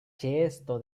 ĉeesto